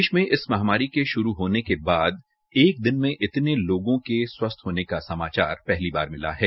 देश में इस महामारी के शुरू होने होने के एक दिन में इतने लोगों के स्वस्थ्य होने का समाचार पहली बार मिला है